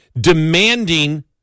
demanding